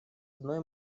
одной